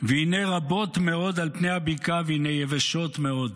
והנה רבות מאד על פני הבקעה והנה יבשות מאד".